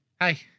Hi